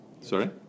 Sorry